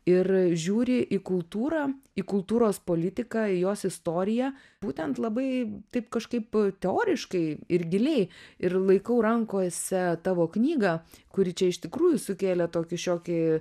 ir žiūri į kultūrą į kultūros politiką į jos istoriją būtent labai taip kažkaip teoriškai ir giliai ir laikau rankose tavo knygą kuri čia iš tikrųjų sukėlė tokį šiokį